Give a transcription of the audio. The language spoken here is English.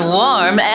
warm